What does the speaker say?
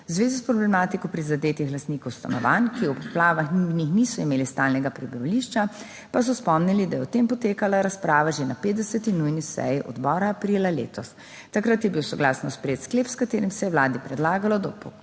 V zvezi s problematiko prizadetih lastnikov stanovanj, ki v poplavah niso imeli stalnega prebivališča. Pa so spomnili, da je o tem potekala razprava že na 50. nujni seji odbora aprila letos. Takrat je bil soglasno sprejet sklep, s katerim se je Vladi predlagalo, da v